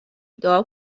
دعا